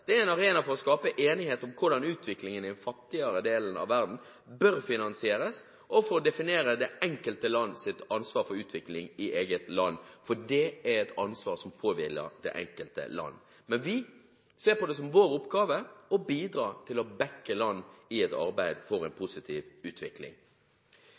det er en arena for å skape enighet om hvordan utviklingen i den fattigere delen av verden bør finansieres og for å definere det enkelte lands ansvar for egen utvikling. Det er et ansvar som påhviler det enkelte land, men vi ser på det som vår oppgave å bidra til å «backe» land i et arbeid for en